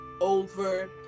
over